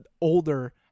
older